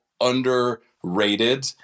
underrated